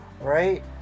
right